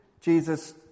Jesus